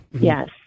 Yes